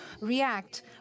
react